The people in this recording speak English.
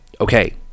Okay